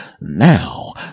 now